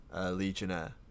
Legionnaire